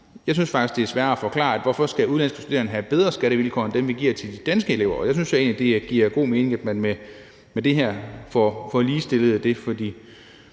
Jeg synes faktisk, det er sværere at forklare, hvorfor udenlandske studerende skal have bedre skattevilkår end dem, vi giver til de danske elever, og jeg synes egentlig, det giver god mening, at man med det her får ligestillet det.